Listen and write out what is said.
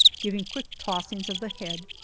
giving quick tossings of the head,